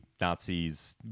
Nazis